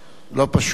שתוכל להתארגן.